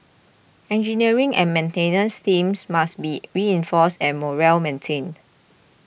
engineering and maintenance teams must be reinforced and morale maintained